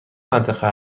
منطقه